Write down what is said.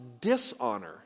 dishonor